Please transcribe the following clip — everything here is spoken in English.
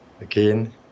Again